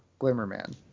Glimmerman